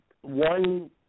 One